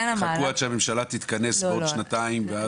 חכו עד שהממשלה תתכנס בעוד שנתיים?